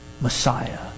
Messiah